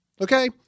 Okay